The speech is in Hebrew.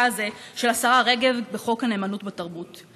הזה של השרה רגב בחוק הנאמנות בתרבות.